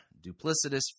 Duplicitous